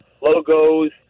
logos